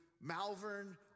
Malvern